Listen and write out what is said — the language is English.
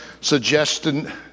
suggested